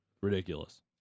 Ridiculous